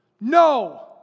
No